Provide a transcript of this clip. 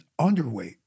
underweight